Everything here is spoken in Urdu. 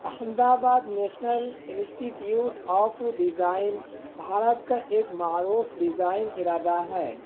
Ahmedabad national institute of design Bharat کا ایک معروف ڈیزائن ادارہ ہے